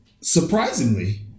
surprisingly